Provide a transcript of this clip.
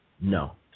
No